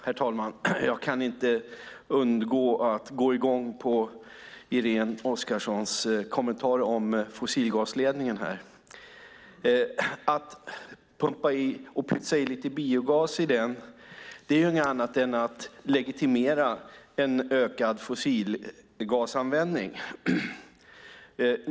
Herr talman! Jag kan inte undgå att gå i gång på Irene Oskarssons kommentar om fossilgasledningen. Att pumpa i och pytsa i lite biogas i den är inget annat än att legitimera en ökad fossilgasanvändning.